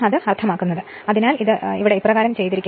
അതിനാൽ പൊതുവേ ഞാൻ ഇത് ഇവിടെ ഇപ്രകാരം ചെയുന്നു